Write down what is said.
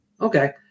Okay